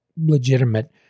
legitimate